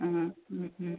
ആ